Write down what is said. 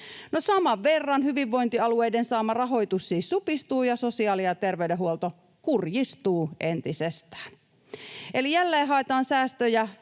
saman verran hyvinvointialueiden saama rahoitus siis supistuu, ja sosiaali- ja terveydenhuolto kurjistuu entisestään. Eli jälleen haetaan säästöjä